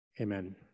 Amen